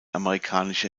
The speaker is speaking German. amerikanische